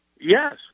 Yes